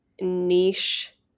niche